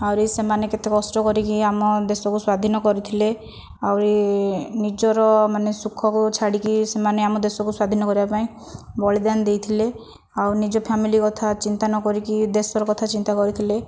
ଆହୁରି ସେମାନେ କେତେ କଷ୍ଟ କରିକି ଆମ ଦେଶକୁ ସ୍ଵାଧୀନ କରିଥିଲେ ଆହୁରି ନିଜର ମାନେ ସୁଖକୁ ଛାଡ଼ିକି ସେମାନେ ଆମ ଦେଶକୁ ସ୍ଵାଧୀନ କରିବା ପାଇଁ ବଳିଦାନ ଦେଇଥିଲେ ଆଉ ନିଜ ଫ୍ୟାମିଲି କଥା ଚିନ୍ତା ନ କରିକି ଦେଶର କଥା ଚିନ୍ତା କରିଥିଲେ